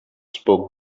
spoke